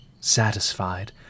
satisfied